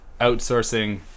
outsourcing